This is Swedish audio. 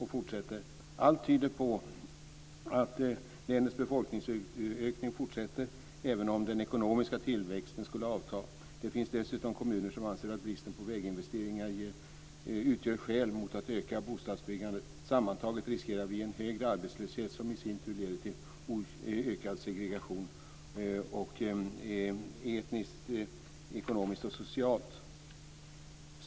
Man fortsätter: "Allt tyder på att länets befolkningsökning fortsätter, även om den ekonomiska tillväxten skulle avta. Det finns dessutom kommuner som anser att bristen på väginvesteringar utgör skäl mot att öka bostadsbyggandet. Sammantaget riskerar vi en högre arbetslöshet, som i sin tur leder till ökad segregation, etniskt, ekonomiskt och socialt." Herr talman!